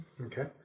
Okay